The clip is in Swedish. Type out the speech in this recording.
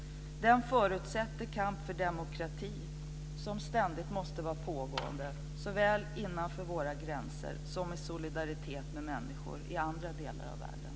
Den förutsätter kamp för demokrati, som ständigt måste vara pågående, såväl innanför våra gränser som i solidaritet med människor i andra delar av världen.